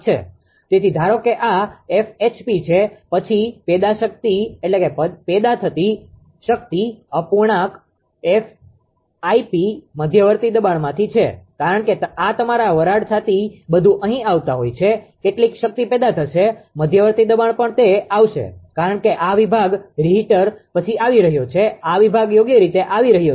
તેથી ધારો કે આ છે પછી પેદા થતી શક્તિ અપૂર્ણાંક મધ્યવર્તી દબાણ માંથી છે કારણ કે આ તમારા વરાળ છાતી બધું અહીં આવતા હોય છે કેટલિક શક્તિ પેદા થશે મધ્યવર્તી દબાણ પણ તે આવશે કારણ કે આ વિભાગ રીહિટર પછી આવી રહ્યો છે આ વિભાગ યોગ્ય રીતે આવી રહ્યો છે